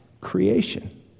creation